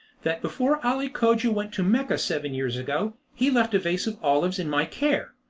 that before ali cogia went to mecca seven years ago, he left a vase of olives in my care.